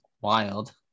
wild